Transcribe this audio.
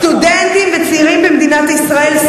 סטודנטים וצעירים במדינת ישראל,